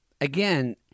again